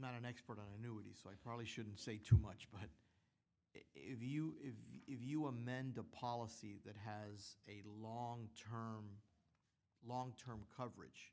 not an expert on duty so i probably shouldn't say too much but if you if you amend a policy that has a long term long term coverage